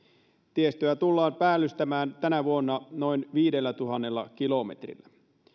tiestöä tullaan päällystämään tänä vuonna noin viidellätuhannella kilometrillä